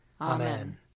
Amen